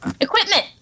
Equipment